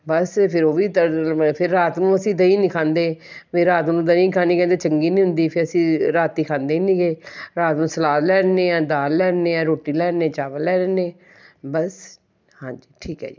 ਬਸ ਫਿਰ ਉਹ ਵੀ ਫਿਰ ਰਾਤ ਨੂੰ ਅਸੀਂ ਦਹੀਂ ਨਹੀਂ ਖਾਂਦੇ ਵੀ ਰਾਤ ਨੂੰ ਦਹੀਂ ਖਾਣੀ ਰਹਿੰਦੇ ਚੰਗੀ ਨਹੀਂ ਹੁੰਦੀ ਫਿਰ ਅਸੀਂ ਰਾਤੀ ਖਾਂਦੇ ਨਹੀਂ ਗੇ ਰਾਤ ਨੂੰ ਸਲਾਦ ਲੈਂਦੇ ਹਾਂ ਦਾਲ ਲੈਂਦੇ ਹਾਂ ਰੋਟੀ ਲੈਂਦੇ ਚਾਵਲ ਲੈ ਲੈਂਦੇ ਬਸ ਹਾਂਜੀ ਠੀਕ ਹੈ ਜੀ